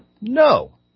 No